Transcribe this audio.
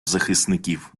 захисників